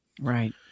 Right